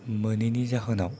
मोनैनि जाहोनाव